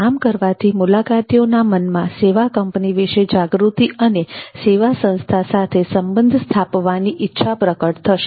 આમ કરવાથી મુલાકાતીઓના મનમાં સેવા કંપની વિશે જાગૃતિ અને સેવા સંસ્થા સાથે સંબંધ સ્થાપવાની ઈચ્છા પ્રગટ થશે